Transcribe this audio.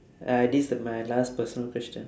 uh this is my last personal question